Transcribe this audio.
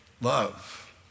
Love